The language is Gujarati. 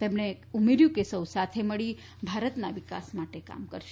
તેમણે ઉમેર્થુ કે સૌ સાથે મળી ભારતના વિકાસ માટે કામ કરશે